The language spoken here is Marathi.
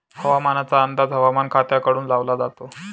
हवामानाचा अंदाज हवामान खात्याकडून लावला जातो